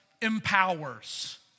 empowers